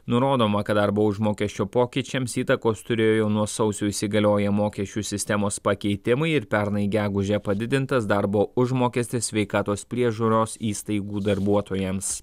nurodoma kad darbo užmokesčio pokyčiams įtakos turėjo nuo sausio įsigalioję mokesčių sistemos pakeitimai ir pernai gegužę padidintas darbo užmokestis sveikatos priežiūros įstaigų darbuotojams